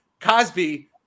Cosby